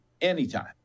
anytime